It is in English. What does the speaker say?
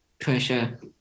pressure